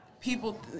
people